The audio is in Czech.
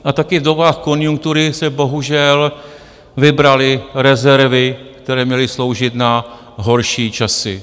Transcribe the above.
A taky v dobách konjunktury se bohužel vybraly rezervy, které měly sloužit na horší časy.